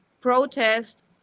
protest